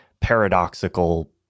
paradoxical